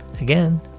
Again